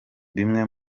bimwe